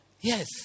Yes